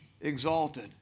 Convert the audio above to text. exalted